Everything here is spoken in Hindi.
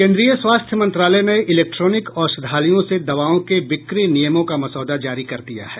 केन्द्रीय स्वास्थ्य मंत्रालय ने इलेक्ट्रॉनिक औषधालयों से दवाओं के बिक्री नियमों का मसौदा जारी कर दिया है